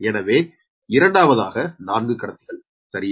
எனவே இரண்டாவதாக 4 கடத்திகள் சரியா